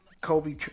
Kobe